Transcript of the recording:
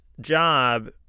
job